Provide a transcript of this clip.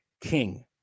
King